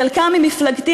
חלקם ממפלגתי,